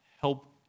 help